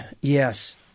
yes